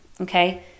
okay